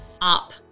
up